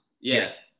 Yes